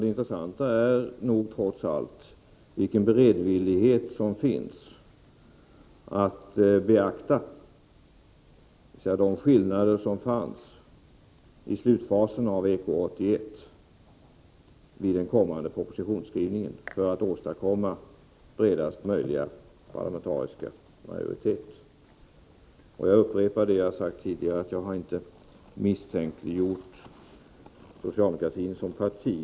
Det intressanta är vilken beredvillighetsom finns att vid den kommande propositionsskrivningen beakta de skillnader som fanns i slutfasen av EK 81, för att man skulle kunna åstadkomma bredaste möjliga parlamentariska majoritet. Jag upprepar vad jag har sagt tidigare. Jag har inte misstänkliggjort socialdemokratin som parti.